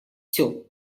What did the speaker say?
все